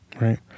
right